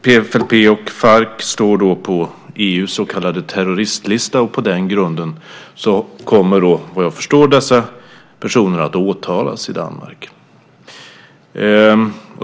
PFLP och Farc står på EU:s så kallade terroristlista, och på den grunden kommer - såvitt jag förstår - dessa personer i Danmark att åtalas.